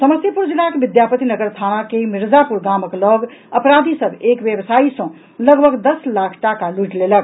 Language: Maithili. समस्तीपुर जिलाक विद्यापति नगर थाना के मिर्जापुर गामक लऽग अपराधी सभ एक व्यवसायी सँ लगभग दस लाख टाका लूटि लेलक